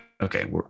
okay